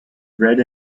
red